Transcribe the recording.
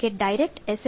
કે direct S